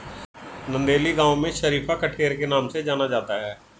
नंदेली गांव में शरीफा कठेर के नाम से जाना जाता है